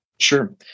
Sure